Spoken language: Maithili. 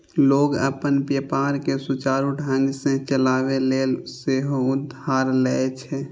लोग अपन व्यापार कें सुचारू ढंग सं चलाबै लेल सेहो उधार लए छै